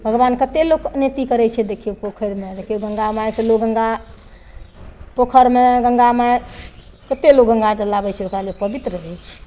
भगवान कतेक लोकके अनैति करै छै देखियौ पोखरिमे देखियौ गंगा माइसँ लोग गंगा पोखरिमे गंगा माइ कतेक लोक गंगाजल लाबै छै ओकरा लोग पवित्र होइ छै